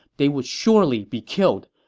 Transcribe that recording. they would surely be killed.